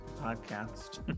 podcast